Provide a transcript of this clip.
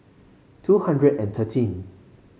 two hundred and thirteen